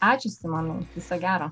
ačiū simonai viso gero